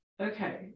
okay